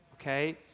okay